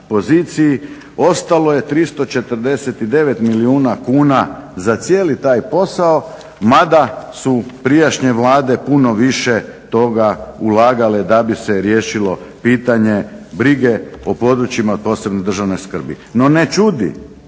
ostalo je 349 milijuna kuna za cijeli taj posao mada su prijašnje Vlade puno više toga ulagale da bi se riješilo pitanje brije o područjima od posebne državne skrbi. No, ne čudi,